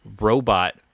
robot